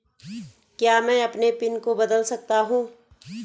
क्या मैं अपने पिन को बदल सकता हूँ?